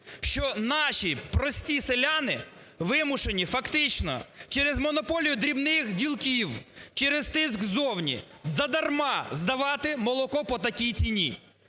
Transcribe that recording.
що наші прості селяни вимушені фактично через монополію дрібних ділків, через тиск ззовні задарма здавати молоко по такій ціні.